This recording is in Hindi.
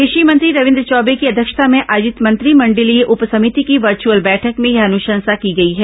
कषि मंत्री रविन्द्र अध्यक्षता में आयोजित मंत्रिमंडलीय उप समिति की वर्च्अल बैठक में यह अन्शंसा की गई है